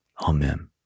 Amen